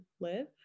live